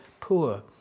poor